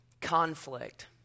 conflict